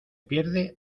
pierde